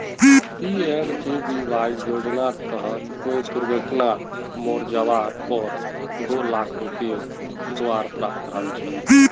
PMJBY योज्नार तहत कोए दुर्घत्नात मोरे जवार पोर दो लाख रुपये दुआर प्रावधान छे